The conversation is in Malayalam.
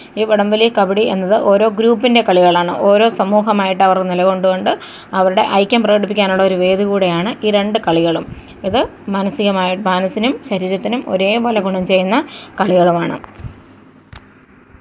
ഈ വടംവലി കബഡി എന്നത് ഓരോ ഗ്രൂപ്പിൻ്റെ കളികളാണ് ഓരോ സമൂഹമായിട്ടവർ നിലകൊണ്ട് കൊണ്ട് അവരുടെ ഐക്യം പ്രകടിപ്പിക്കാനുള്ള ഒരു വേദി കൂടെയാണ് ഈ രണ്ട് കളികളും ഇത് മാനസികമായി മനസ്സിനും ശരീരത്തിനും ഒരേപോലെ ഗുണം ചെയ്യുന്ന കളികളുമാണ്